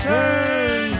Turn